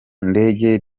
ndege